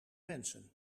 mensen